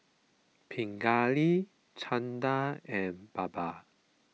Pingali Chanda and Baba